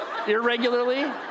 irregularly